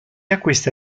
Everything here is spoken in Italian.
acquista